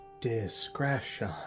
discretion